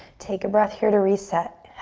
take a breath here to reset.